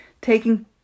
taking